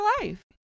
life